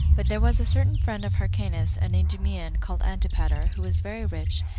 but there was a certain friend of hyrcanus, an idumean, called antipater, who was very rich,